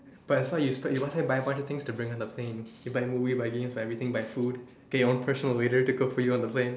but as long as you spend you might as well buy a bunch of things to bring on the plane you buy movie buy games buy everything buy food get your own personal waiter to cook for you on the plane